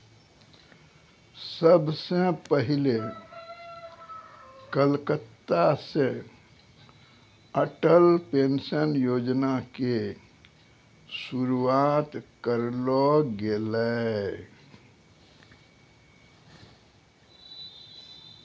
सभ से पहिले कलकत्ता से अटल पेंशन योजना के शुरुआत करलो गेलै